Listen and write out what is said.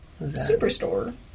superstore